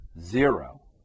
zero